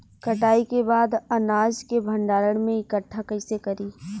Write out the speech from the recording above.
कटाई के बाद अनाज के भंडारण में इकठ्ठा कइसे करी?